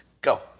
Go